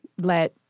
let